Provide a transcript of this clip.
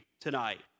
tonight